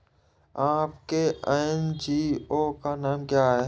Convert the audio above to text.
आपके एन.जी.ओ का नाम क्या है?